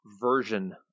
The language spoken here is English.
version